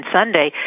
Sunday